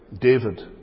David